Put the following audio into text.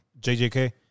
JJK